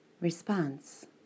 Response